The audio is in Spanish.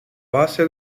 base